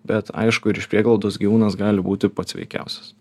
bet aišku ir iš prieglaudos gyvūnas gali būti pats sveikiausias